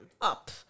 Up